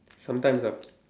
sometimes ah